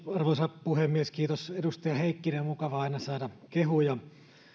arvoisa puhemies kiitos edustaja heikkinen on aina mukavaa saada kehuja